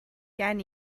gen